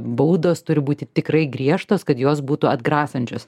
baudos turi būti tikrai griežtos kad jos būtų atgrasančios